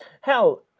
Hell